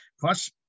plus